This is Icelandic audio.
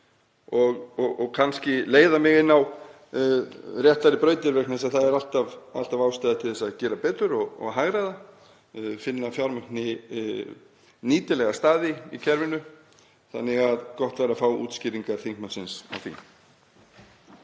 og kannski leiða mig inn á réttari brautir vegna þess að það er alltaf ástæða til að gera betur og hagræða, finna fjármagni nýtilega staði í kerfinu. Þannig að gott væri að fá útskýringar þingmannsins á því.